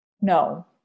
No